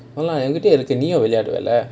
என்கிட்டயும் இருக்கு நீயும்:enkitayum irukku neeyum